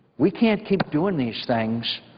we can't keep doing these things,